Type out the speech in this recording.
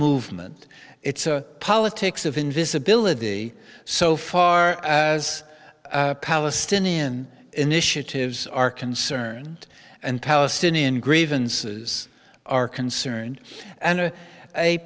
movement it's a politics of invisibility so far as palestinian initiatives are concerned and palestinian grievances are concerned and